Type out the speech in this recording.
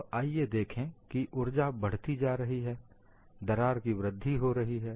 अब आइए देखें कि ऊर्जा बढ़ती जा रही है दरार की वृद्धि हो रही है